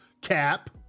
cap